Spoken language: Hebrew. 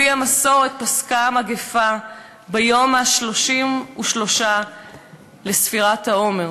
לפי המסורת פסקה המגפה ביום ה-33 לספירת העומר.